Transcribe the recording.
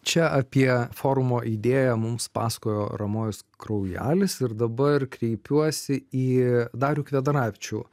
čia apie forumo idėją mums pasakojo ramojus kraujelis ir dabar kreipiuosi į darių kvedaravičių